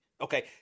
Okay